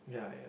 ya ya